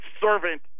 servant